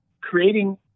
creating